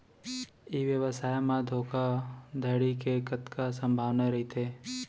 ई व्यवसाय म धोका धड़ी के कतका संभावना रहिथे?